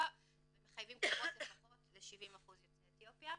ומחייבים קופות לפחות ל-70% יוצאי אתיופיה.